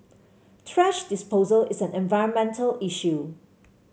thrash disposal is an environmental issue